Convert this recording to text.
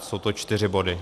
Jsou to čtyři body.